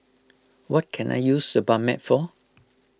what can I use Sebamed for